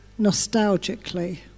nostalgically